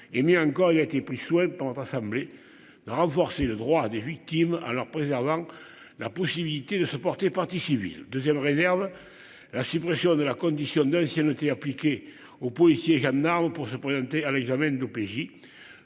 et mieux encore, il a été pris soin pendant. Renforcer le droit des victimes à préservant la possibilité de se porter partie civile 2ème réserve la suppression de la condition de s'y a noté appliquée aux policiers et gendarmes pour se présenter à l'examen d'OPJ.